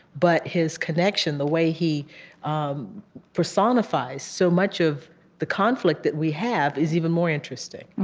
but his connection, the way he um personifies so much of the conflict that we have is even more interesting